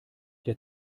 der